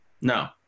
no